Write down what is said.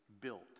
built